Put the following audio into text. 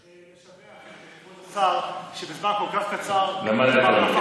לשבח את כבוד השר, שבזמן כל כך קצר, למד לעבוד.